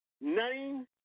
nine